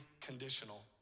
conditional